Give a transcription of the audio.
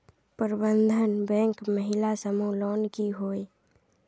प्रबंधन बैंक महिला समूह लोन की होय?